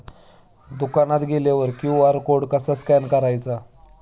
दुकानात गेल्यावर QR code कसा स्कॅन करायचा?